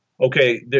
okay